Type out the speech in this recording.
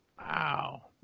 Wow